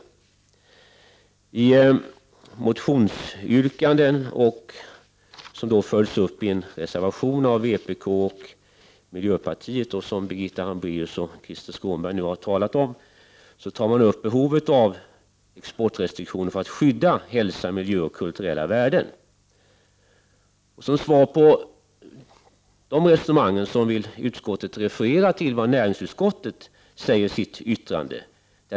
till frihandelsavtal I motionsyrkanden som sedan har följts uppi en reservation av vpk och milned EEC jöpartiet och som Birgitta Hambraeus och Krister Skånberg nu har talat om tar man upp behovet av exportrestriktioner i syfte att skydda hälsa, miljö och kulturella värden. Som svar på dessa resonemang vill utskottsmajoriteten referera till vad näringsutskottet säger i sitt yttrande.